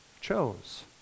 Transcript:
chose